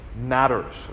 matters